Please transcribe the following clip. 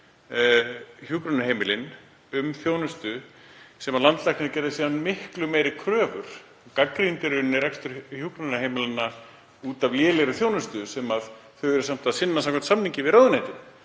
hjúkrunarheimilin um þjónustu sem landlæknir gerði síðan miklu meiri kröfur til, gagnrýndi í rauninni rekstur hjúkrunarheimilanna fyrir lélega þjónustu sem þau eru samt að sinna samkvæmt samningi við ráðuneytin.